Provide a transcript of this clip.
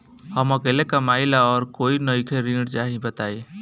हम अकेले कमाई ला और कोई नइखे ऋण चाही बताई?